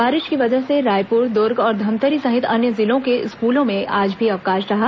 बारिश की वजह से रायपुर दूर्ग और धमतरी सहित अन्य जिलों के स्कूलों में आज भी अवकाश रहा